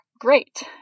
Great